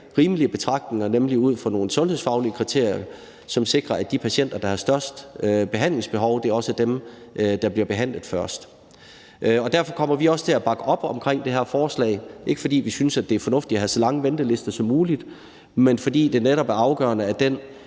rimelige betragtninger, nemlig ud fra nogle sundhedsfaglige kriterier, som sikrer, at de patienter, der har størst behandlingsbehov, også er dem, der bliver behandlet først. Derfor kommer vi også til at bakke op omkring det her forslag. Det er ikke, fordi vi synes, det er fornuftigt at have så lange ventelister som muligt, men fordi det netop er afgørende, at vi